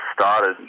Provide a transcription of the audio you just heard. started